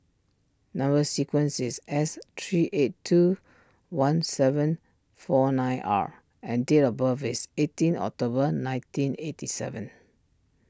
Number Sequence is S three eight two one seven four nine R and date of birth is eighteen October nineteen eighty seven